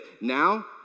now